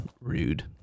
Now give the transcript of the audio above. rude